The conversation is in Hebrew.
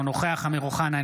אינו נוכח אמיר אוחנה,